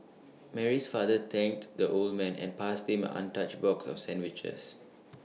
Mary's father thanked the old man and passed him an untouched box of sandwiches